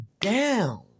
down